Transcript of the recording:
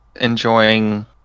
enjoying